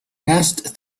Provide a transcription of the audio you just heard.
passed